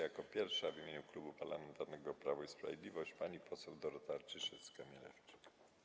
Jako pierwsza w imieniu Klubu Parlamentarnego Prawo i Sprawiedliwość wystąpi pani poseł Dorota Arciszewska-Mielewczyk.